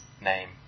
name